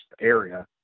area